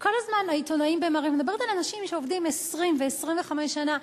כל הזמן העיתונאים ב"מעריב" אני מדברת על אנשים שעובדים 20 ו-25 שנה,